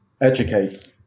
Educate